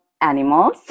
animals